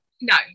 No